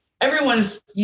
everyone's